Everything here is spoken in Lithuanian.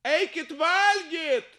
eikit valgyti